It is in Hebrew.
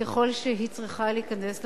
ככל שהיא צריכה להיכנס לתקנון.